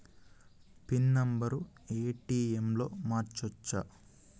Pin number ATM లో మార్చచ్చా?